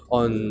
on